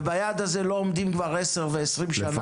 וביעד הזה לא עומדים כבר עשר ו-20 שנה.